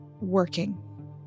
working